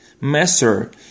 Master